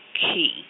key